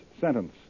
sentence